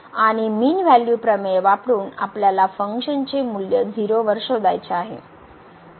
आणि mean value प्रमेय वापरून आपल्याला फंक्शनचे मूल्य 0 वर शोधायचे आहे